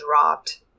dropped